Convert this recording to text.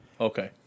okay